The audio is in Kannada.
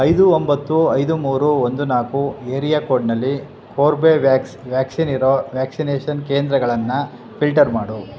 ಐದು ಒಂಬತ್ತು ಐದು ಮೂರು ಒಂದು ನಾಲ್ಕು ಏರಿಯಾ ಕೋಡ್ನಲ್ಲಿ ಕೋರ್ಬೆವ್ಯಾಕ್ಸ್ ವ್ಯಾಕ್ಸಿನ್ ಇರೋ ವ್ಯಾಕ್ಸಿನೇಷನ್ ಕೇಂದ್ರಗಳನ್ನು ಫಿಲ್ಟರ್ ಮಾಡು